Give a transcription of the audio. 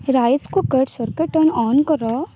rice cooker turn on କର